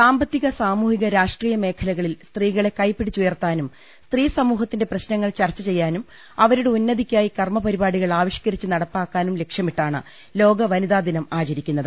സാമ്പത്തിക സാമൂഹിക രാഷ്ട്രീയ മേഖലകളിൽ സ്ത്രീകളെ കൈപിടിച്ച് ഉയർത്താനും സ്ത്രീസമൂഹത്തിന്റെ പ്രശ്നങ്ങൾ ചർച്ച ചെയ്യാനും അവരുടെ ഉന്ന തിക്കായി കർമ്മ പരിപാടികൾ ആവിഷ്ക്കരിച്ച് നടപ്പാക്കാനും ലക്ഷ്യ മിട്ടാണ് ലോക വനിതാ ദിനം ആചരിക്കുന്നത്